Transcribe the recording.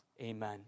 amen